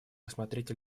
рассмотреть